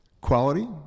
quality